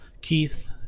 Keith